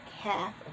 half